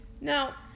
Now